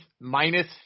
minus